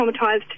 traumatized